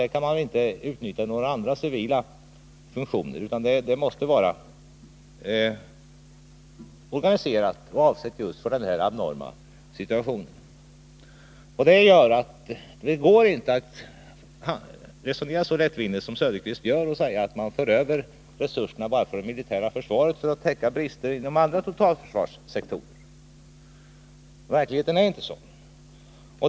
Man kan nämligen inte utnyttja några civila Nr 133 funktioner, utan det måste vara en organisation som är avsedd just för en Torsdagen den sådan abnorm situation. Det går därför inte att resonera så lättvindigt som 7 maj 1981 Oswald Söderqvist gör och hävda att man skall föra över resurser från det militära försvaret för att täcka brister inom andra totalförsvarssektorer. Verkligheten är inte sådan.